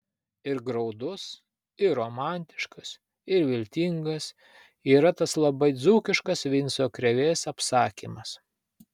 ir graudus ir romantiškas ir viltingas yra tas labai dzūkiškas vinco krėvės apsakymas